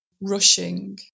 rushing